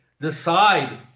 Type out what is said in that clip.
decide